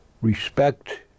respect